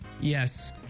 Yes